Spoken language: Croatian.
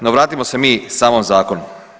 No, vratimo se mi samom zakonu.